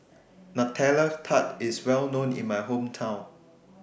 Nutella Tart IS Well known in My Hometown